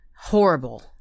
Horrible